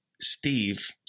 Steve